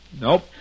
Nope